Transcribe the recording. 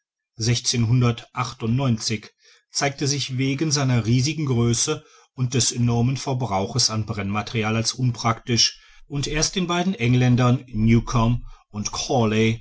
zeigte sich wegen seiner riesigen größe und des enormen verbrauches an brennmaterial als unpraktisch und erst den beiden engländern newcome und cawley